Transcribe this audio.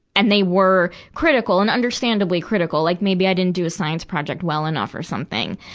and they were critical and understandably critical, like maybe i didn't do a science project well enough or something.